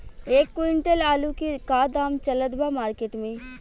एक क्विंटल आलू के का दाम चलत बा मार्केट मे?